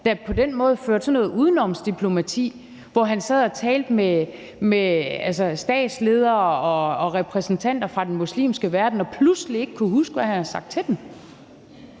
der på den måde havde ført sådan noget udenomsdiplomati, hvor han havde siddet og talt med statsledere og repræsentanter fra den muslimske verden og pludselig ikke kunne huske, hvad han havde sagt til dem.